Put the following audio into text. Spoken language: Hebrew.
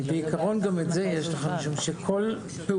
בעיקרון גם את זה יש לך משום שכל פעולה